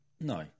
No